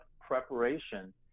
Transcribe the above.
preparation